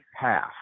half